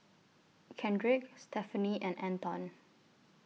Kendrick Stephanie and Anton